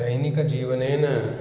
दैनिकजीवनेन